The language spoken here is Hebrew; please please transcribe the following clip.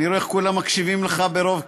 אני רואה איך כולם מקשיבים לך ברוב קשב,